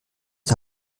die